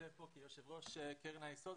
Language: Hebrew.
משתתף כאן כיושב ראש קרן היסוד,